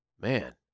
man